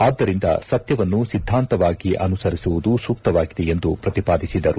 ಆದ್ದರಿಂದ ಸತ್ಯವನ್ನು ಸಿದ್ಧಾಂತವಾಗಿ ಅನುಸರಿಸುವುದು ಸೂಕ್ತವಾಗಿದೆ ಎಂದು ಪ್ರತಿಪಾದಿಸಿದರು